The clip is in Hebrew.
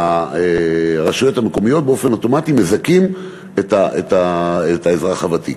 והרשויות המקומיות באופן אוטומטי מזכות את האזרח הוותיק.